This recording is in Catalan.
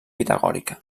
pitagòrica